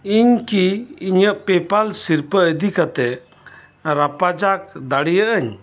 ᱤᱧ ᱠᱤ ᱤᱧᱟᱹᱜ ᱯᱮᱯᱟᱞ ᱥᱤᱨᱯᱟᱹ ᱤᱫᱤ ᱠᱟᱛᱮᱫ ᱨᱟᱯᱟᱪᱟᱜᱽ ᱫᱟᱲᱮᱭᱟᱜᱼᱟᱹᱧ